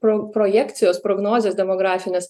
pro projekcijos prognozės demografinės